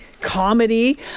comedy